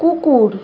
কুকুর